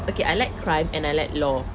okay I like crime and I like law